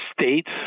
States